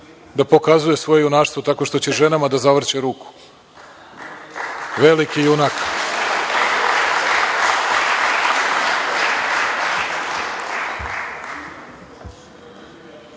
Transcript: da pokazuje svoje junaštvo tako što će ženama da zavrće ruku. Veliki junak. Bela